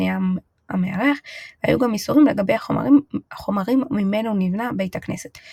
מבנה בית הכנסת ערך מורחב – אדריכלות